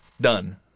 done